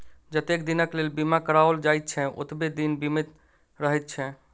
जतेक दिनक लेल बीमा कराओल जाइत छै, ओतबे दिन बीमित रहैत छै